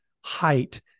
height